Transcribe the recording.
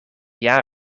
jaar